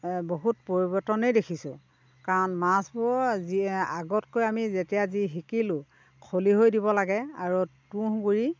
বহুত পৰিৱৰ্তনেই দেখিছোঁ কাৰণ মাছবোৰ যি আগতকৈ আমি যেতিয়া যি শিকিলোঁ খলিহৈ দিব লাগে আৰু তুঁহগুড়ি